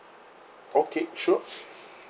okay sure